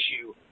issue